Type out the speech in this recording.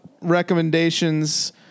Recommendations